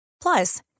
Plus